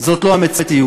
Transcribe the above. זאת לא המציאות.